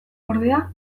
ordea